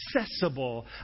accessible